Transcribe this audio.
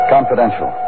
Confidential